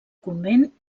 convent